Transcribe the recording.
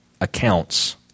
accounts